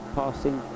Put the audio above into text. passing